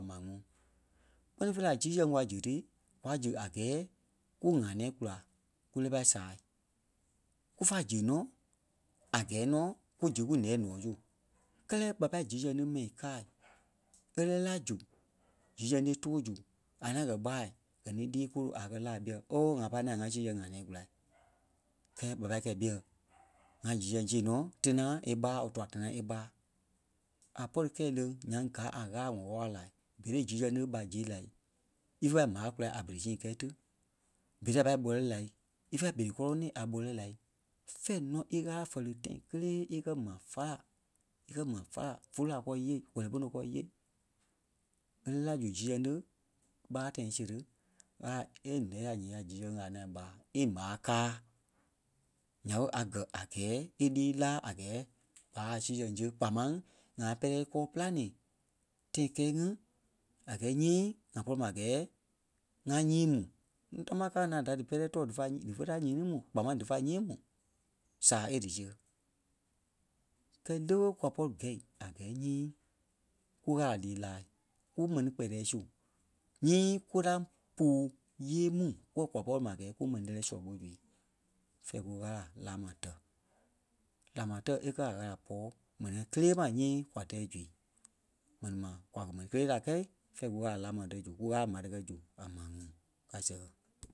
maa ŋuŋ. Kpɛ́ni fêi la zi zɛŋ kwa zi tí kwa zi a gɛɛ kú ŋa nɛ̃ɛ kula ku lɛ́ɛ pâi sâai. Kúfa zi nɔ a gɛɛ nɔ ku zi ku nɛ́ɛ ǹɔɔ zu kɛlɛ ɓa pâi zi zɛŋ tí mɛi kâai é lɛ́ɛ la zu zi zɛŋ tí e tɔɔ zu a naa kɛ́ ɓâa gɛ ni ílîi kolo a kɛ́ laa ɓîɛ oooo ŋa pâi naa ŋa sii sɛŋ ŋa nɛ̃ɛ kula. Kɛ́ɛ ɓa pâi kɛ̂i ɓîɛ ŋa sii sɛŋ zi nɔ tina è ɓá or tuɛ-tina è ɓá. A pɔri kɛ̂i leŋ nyaŋ gáa a Ɣâla wɔ̂ wala wala laai berei zi zɛŋ tí ɓa zi la ífe pâi ɓâi kula a berei sii kɛɛ tí, berei a pâi gbɔlɛɛ la ífe pâi berei kɔlɔni a gbɔlɛɛ la fɛ̂ɛ nɔ́ í Ɣâla fɛli tãi kélee íkɛ mai fála, íkɛ ma fála fulu-laa kɔɔ íyee, kɔlɛ pono kɔɔ íyee e lɛ́ɛ la zu zi zɛŋ tí ɓà tãi e séri Ɣâla é nɛ́ ya ǹyɛɛ ya zi zɛŋ ŋí a ŋaŋ ɓáa. Íɓàa káa nya ɓé a gɛ́ a gɛɛ ílîi láa a gɛɛ aaa zi sɛŋ zi kpaa máŋ ŋai pɛrɛ kɔɔ-pîlanii tãi kɛɛ ŋí a gɛɛ nyii ŋa pɔri ma a gɛɛ ŋa nyîi mu. Núu támaa káa naa da dí pɛrɛi dífa nyîi- dífe ta nyîi tí mu kpaa máŋ dífa nyîi mu saa e dísíɣe. Kɛɛ lè ɓé kwa pɔri gɛ̀i a gɛɛ nyii kú Ɣâla lîi laa kumɛni kpɛtɛɛ su nyii kôraŋ puu yêei mu kuwɔ̂ kwa pɔri ma a gɛɛ ku mɛni lɛ́lɛ sɔlɔ ɓo zu fɛ̂ɛ ku Ɣâla laa ma tɛ̂. Láa ma tɛ̂ é kɛ́ a Ɣâla pɔ́ɔ mɛnii ŋai kélee ma nyii kwa tɛɛ zu. Mɛni ma kwa kɛ́ mɛni kélee da kɛ̂i fɛ̂ɛ kú Ɣâla laa ma tɛ̂ zu, ku Ɣâla m̀are kɛ́ zu a maa ŋuŋ kaa seɣe.